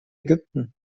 ägypten